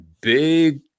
big